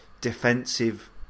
defensive